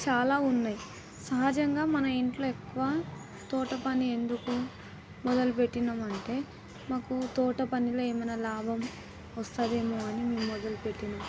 చాలా ఉన్నాయి సహజంగా మన ఇంట్లో ఎక్కువ తోట పని ఎందుకు మొదలుపెట్టాము అంటే మాకు తోట పనిలో ఏమైనా లాభం వస్తుందేమో అని మేము మొదలుపెట్టాము